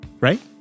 Right